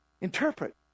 Interpret